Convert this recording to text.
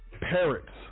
parrots